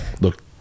look